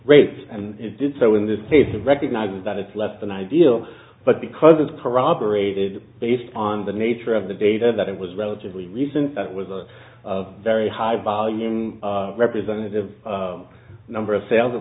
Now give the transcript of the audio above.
rates and it did so in this case it recognizes that it's less than ideal but because it's corroborated based on the nature of the data that it was relatively recent that was of very high volume representative number of sales it